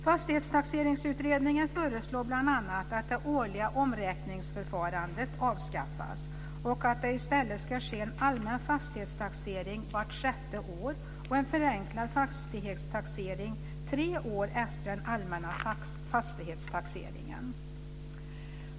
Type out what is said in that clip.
Fastighetstaxeringsutredningen föreslår bl.a. att det årliga omräkningsförfarandet avskaffas och att det i stället ska ske en allmän fastighetstaxering vart sjätte år och en förenklad fastighetstaxering tre år efter den allmänna fastighetstaxeringen.